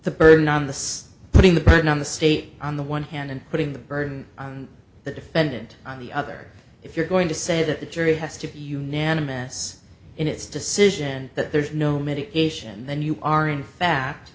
the burden on the putting the burden on the state on the one hand and putting the burden on the defendant on the other if you're going to say that the jury has to be unanimous in its decision that there's no medication then you are in fact